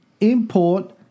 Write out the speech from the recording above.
import